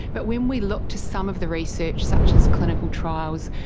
but when we look to some of the research such as clinical trials,